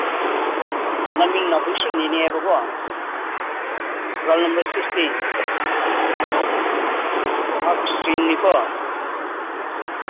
ꯅꯃꯤꯡꯅ ꯋꯨꯡꯁꯨꯅꯤꯅꯦ ꯍꯥꯏꯕ ꯀꯣ ꯔꯣꯜ ꯅꯝꯕꯔ ꯁꯤꯛꯁꯇꯤꯟ ꯑꯥꯔꯠꯁ ꯏꯁꯇ꯭ꯔꯤꯝꯅꯤꯀꯣ